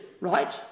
Right